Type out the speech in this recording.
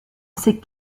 ces